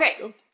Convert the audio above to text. Okay